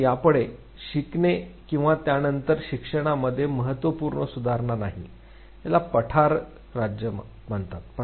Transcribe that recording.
म्हणून यापुढे शिकणे किंवा त्यानतर शिक्षणामध्ये महत्त्वपूर्ण सुधारणा नाही याला पठार राज्य म्हणतात